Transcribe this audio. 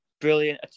brilliant